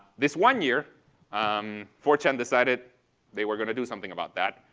this one year um four chan decided they were going to do something about that.